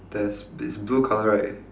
there's it's blue colour right